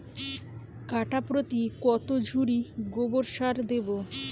কাঠাপ্রতি কত ঝুড়ি গোবর সার দেবো?